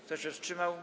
Kto się wstrzymał?